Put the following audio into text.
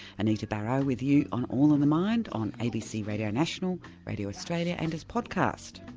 anita barraud with you on all in the mind on abc radio national, radio australia and as podcast.